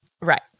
right